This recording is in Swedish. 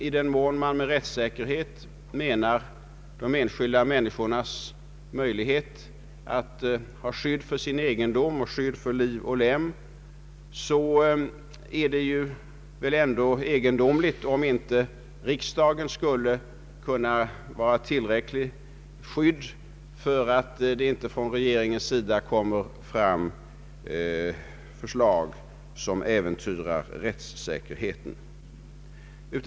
I den mån man med rättssäkerhet menar de enskilda människornas möjlighet till skydd för sin egendom och för liv och lem vore det väl ändå egendomligt om inte riksdagen skulle kunna utgöra ett tillräckligt skydd för att inte regeringen kommer med förslag som äventyrar den rättssäkerheten.